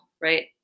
right